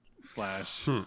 Slash